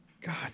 God